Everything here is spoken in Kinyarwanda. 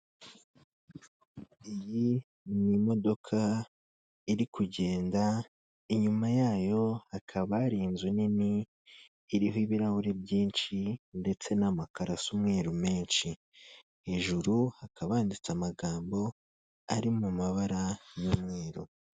Iyi ni imodoka iri kugenda, inyuma yayo hakaba hari inzu nini iriho ibirahure byinshi ndetse n'amakaro asa umweru menshi. hejuru hakaba handitse amagambo, ari mu mabara y'umweru.